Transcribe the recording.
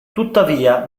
tuttavia